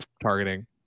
targeting